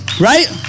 right